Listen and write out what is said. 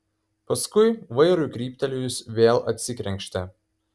paskui vairui kryptelėjus vėl atsikrenkštė